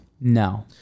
no